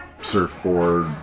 surfboard